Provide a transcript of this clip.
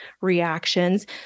reactions